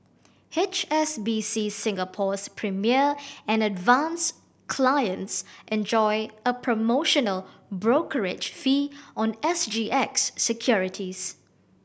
H S B C Singapore's Premier and Advance clients enjoy a promotional brokerage fee on S G X securities